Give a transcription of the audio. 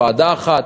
ועדה אחת,